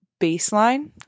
baseline